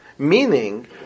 meaning